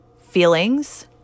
feelings